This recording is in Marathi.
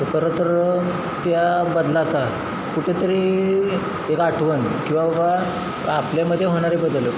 खरंतर त्या बदलाचा कुठेतरी एक आठवण की बाबा आपल्यामध्ये होणारे बदल